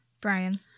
Brian